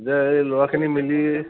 এই ল'ৰাখিনি মেলি